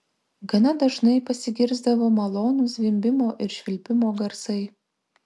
gana dažnai pasigirsdavo malonūs zvimbimo ir švilpimo garsai